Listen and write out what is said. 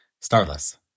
Starless